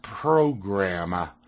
program